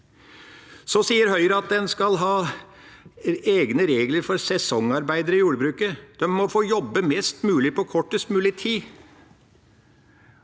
sier at en skal ha egne regler for sesongarbeidere i jordbruket. De må få jobbe mest mulig på kortest mulig tid.